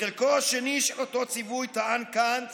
בחלקו השני של אותו ציווי טען קאנט